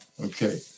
Okay